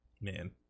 man